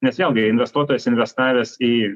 nes vėlgi investuotojas investavęs į